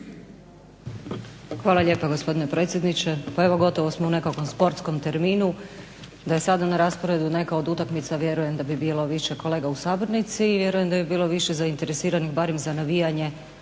Hvala lijepo gospodine predsjedniče. Pa evo gotovo smo u nekakvom sportskom terminu. Da je sada na rasporedu neka utakmica vjerujem da bi bilo više kolega u sabornici i vjerujem da bi bilo više zainteresiranih barem za navijanje